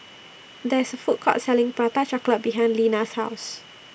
There IS A Food Court Selling Prata Chocolate behind Lina's House